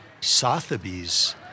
Sotheby's